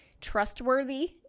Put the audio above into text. trustworthy